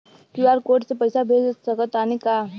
QR code से पईसा भेज सक तानी का?